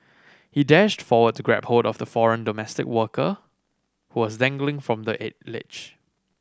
he dashed forward to grab hold of the foreign domestic worker who was dangling from the ledge